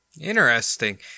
Interesting